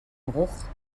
bruch